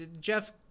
Jeff